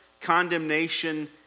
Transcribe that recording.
condemnation